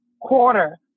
quarter